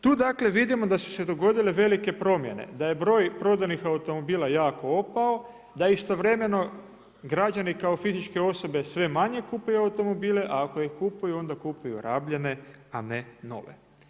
Tu dakle vidimo da su se dogodile velike promjene, da je broj prodanih automobila jako opao da istovremeno građani kao fizičke osobe sve manje kupuju automobile, a ako ih kupuju onda kupuju rabljene, a ne nove.